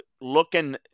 looking